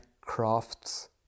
crafts